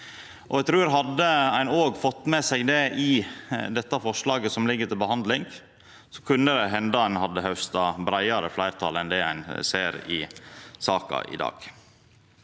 hadde ein òg fått med seg det i forslaget som ligg til behandling, kunne det henda han hadde hausta breiare fleirtal enn det ein ser i saka i dag.